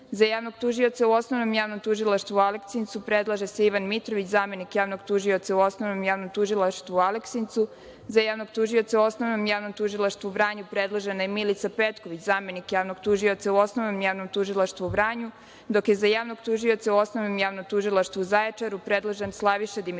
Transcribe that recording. javnog tužioca u Osnovnom javnom tužilaštvu u Aleksincu predlože se Ivan Mitrović, zamenik javnog tužioca u Osnovnom javnom tužilaštvu u Aleksincu.Za javnog tužioca u Osnovnom javnom tužilaštvu u Vranju predložena je Milica Petković, zamenik javnog tužioca u Osnovnom javnom tužilaštvu u Vranju, dok je za javnog tužioca u Osnovnom javnom tužilaštvu u Zaječaru predložen Slaviša Dimitrijević,